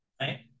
right